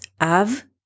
Av